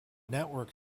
network